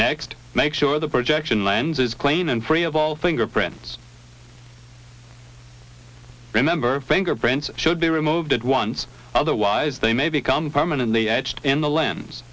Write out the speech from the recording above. next make sure the projection lenses plain and free of all things are prints remember fingerprints should be removed at once otherwise they may become permanently etched in the lens